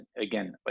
again